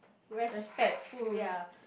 respectful ya